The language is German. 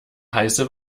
heiße